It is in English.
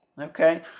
Okay